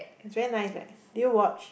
it's really nice that their watch